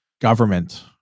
government